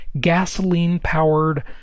gasoline-powered